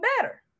better